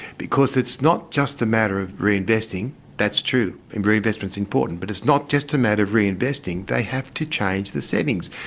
because it's not just a matter of reinvesting. that's true, and reinvestment is important, but it's not just a matter of reinvesting, they have to change the settings.